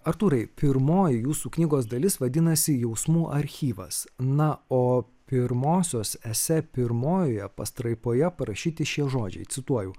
artūrai pirmoji jūsų knygos dalis vadinasi jausmų archyvas na o pirmosios esė pirmojoje pastraipoje parašyti šie žodžiai cituoju